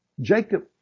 Jacob